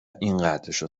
اینقدرشو